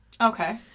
Okay